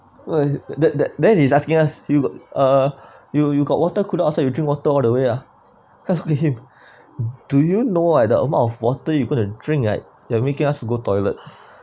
that that then he's asking us you got uh you you got water cooler outside you drink water all the way ah with him do you know like the amount of water you're going to drink right you're making us to go toilet